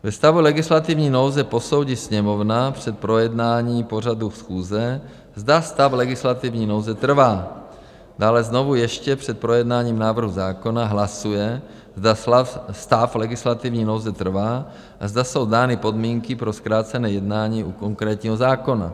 Ve stavu legislativní nouze posoudí Sněmovna při projednání pořadu schůze, zda stav legislativní nouze trvá, dále znovu ještě před projednáním návrhu zákona hlasuje, zda stav legislativní nouze trvá a zda jsou dány podmínky pro zkrácené jednání u konkrétního zákona.